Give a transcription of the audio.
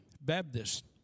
Baptist